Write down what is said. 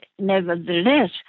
Nevertheless